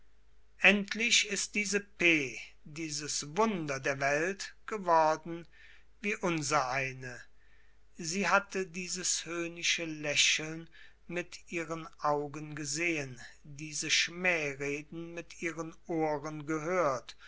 endlich ist diese p dieses wunder der welt geworden wie unsereine sie hatte dieses höhnische lächeln mit ihren augen gesehen diese schmähreden mit ihren ohren gehört